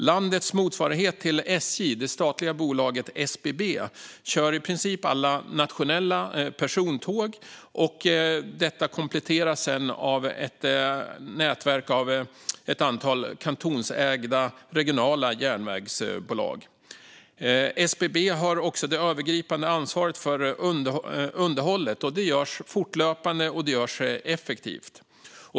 Landets motsvarighet till SJ, det statliga bolaget SBB, kör i princip alla nationella persontåg, vilket sedan kompletteras av ett nätverk av ett antal kantonsägda, regionala järnvägsbolag. SBB har också det övergripande ansvaret för underhållet, vilket görs fortlöpande och effektivt.